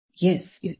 Yes